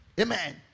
Amen